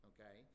Okay